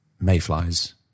Mayflies